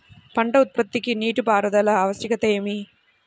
పంట ఉత్పత్తికి నీటిపారుదల ఆవశ్యకత ఏమి?